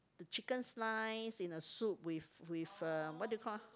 the chicken slice in a soup with with uh what do you call ah